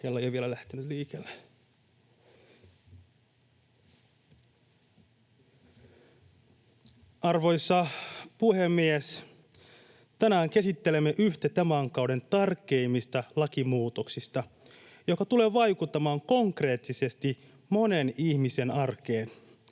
Arvoisa puhemies! Tänään käsittelemme yhtä tämän kauden tärkeimmistä lakimuutoksista, joka tulee vaikuttamaan konkreettisesti monen ihmisen arkeen.